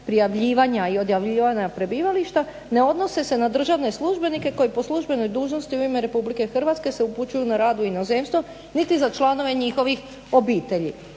prijavljivanja i odjavljivanja prebivališta ne odnose se na državne službenike koji po službenoj dužnosti u ime RH se upućuju na rad u inozemstvo niti za članove njihovih obitelji.